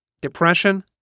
depression